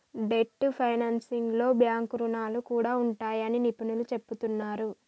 debt ఫైనాన్సింగ్లో bank రుణాలు కూడా ఉంటాయని నిపుణులు చెబుతున్నరు